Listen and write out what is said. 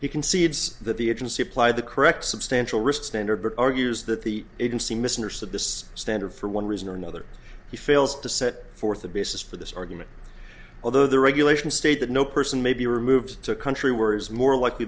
concedes that the agency applied the correct substantial risk standard but argues that the agency misunderstood this standard for one reason or another he fails to set forth a basis for this argument although the regulations state that no person may be removed to a country where is more likely